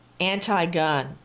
anti-gun